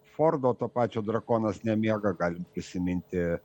fordo to pačio drakonas nemiega galim įsiminti